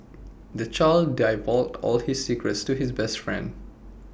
the child divulged all his secrets to his best friend